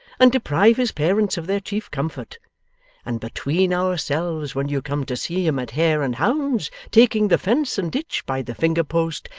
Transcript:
and deprive his parents of their chief comfort and between ourselves, when you come to see him at hare and hounds, taking the fence and ditch by the finger-post,